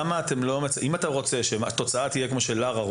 אם אתה רוצה שהתוצאה תהיה כמו שלארה רוצה,